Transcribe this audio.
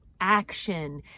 action